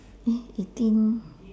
eh eating